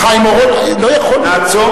חיים אורון, לא יכול להיות.